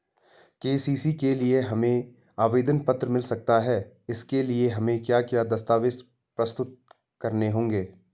KCC के लिए हमें आवेदन पत्र मिल सकता है इसके लिए हमें क्या क्या दस्तावेज़ प्रस्तुत करने होंगे?